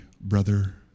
brother